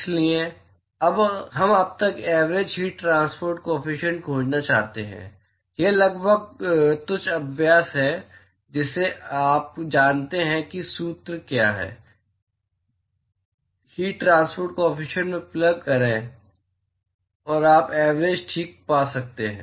इसलिए हम अब तक ऐवरेज हीट ट्रांसपोर्ट काॅफिशियंट खोजना चाहते हैं यह लगभग तुच्छ अभ्यास है जिसे आप जानते हैं कि सूत्र क्या है हीट ट्रांसपोर्ट काॅफिशियंट में प्लग करें और आप ऐवरेज ठीक पा सकते हैं